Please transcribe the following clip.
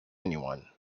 anyone